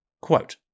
Quote